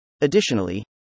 Additionally